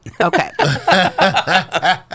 Okay